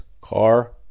car